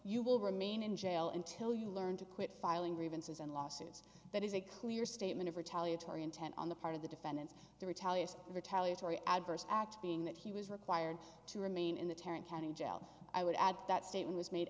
you will remain in jail until you learn to quit filing grievances and lawsuits that is a clear statement of retaliatory intent on the part of the defendants the retaliation retaliatory adverse act being that he was required to remain in the terrine county jail i would add that statement was made